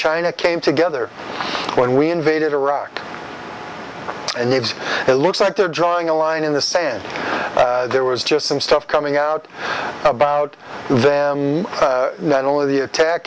china came together when we invaded iraq and leaves it looks like they're drawing a line in the sand there was just some stuff coming out about them not only the attack